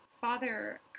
Father